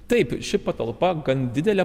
taip ši patalpa gan didelė